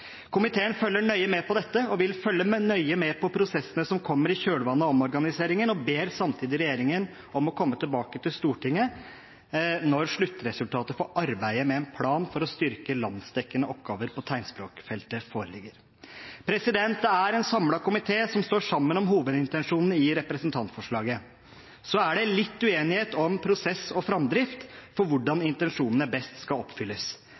Komiteen følger nøye med på dette og vil følge nøye med på prosessene som kommer i kjølvannet av omorganiseringen, og ber samtidig regjeringen om å komme tilbake til Stortinget når sluttresultatet for arbeidet med en plan for å styrke landsdekkende oppgaver på tegnspråkfeltet foreligger. Det er en samlet komité som står sammen om hovedintensjonene i representantforslaget. Så er det litt uenighet om prosess og framdrift for hvordan intensjonene best skal oppfylles.